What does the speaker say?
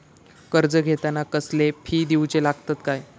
कर्ज घेताना कसले फी दिऊचे लागतत काय?